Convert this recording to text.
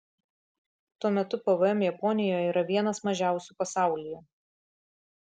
tuo metu pvm japonijoje yra vienas mažiausių pasaulyje